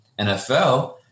NFL